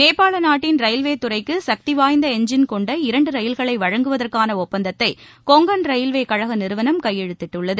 நேபாள நாட்டின் ரயில்வே துறைக்கு சக்தி வாய்ந்த எஞ்ஜின் கொண்ட இரண்டு ரயில்களை வழங்குவதற்கான ஒப்பந்தத்தை கொங்கன் ரயில்வே கழக நிறுவனம் கையெழுத்திட்டுள்ளது